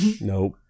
Nope